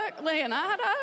Leonardo